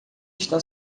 está